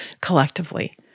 collectively